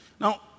Now